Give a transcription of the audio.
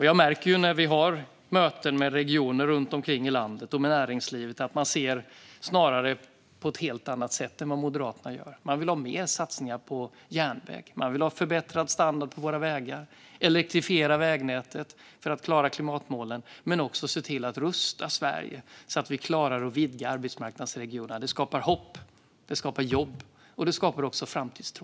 Jag märker, när vi har möten med regioner och näringslivet runt om i landet, att man ser det på ett helt annat sätt än vad Moderaterna gör. Man vill ha mer satsningar på järnväg. Man vill ha förbättrad standard på våra vägar och elektrifiera vägnätet för att klara klimatmålen men också se till att rusta Sverige så att vi klarar att vidga arbetsmarknadsregionerna. Det skapar hopp, det skapar jobb och det skapar också framtidstro.